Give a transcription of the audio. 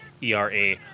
ERA